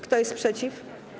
Kto jest przeciw?